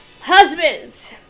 Husbands